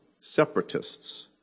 separatists